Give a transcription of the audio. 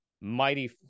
mighty